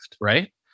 right